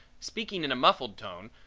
speaking in a muffled tone,